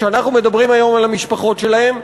ואנחנו מדברים היום על המשפחות שלהם,